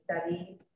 study